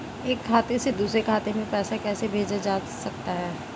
एक खाते से दूसरे खाते में पैसा कैसे भेजा जा सकता है?